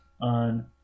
on